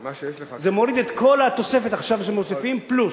זה מוריד את כל התוספת, שמוסיפים עכשיו, פלוס.